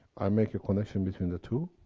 i make a connection between the two.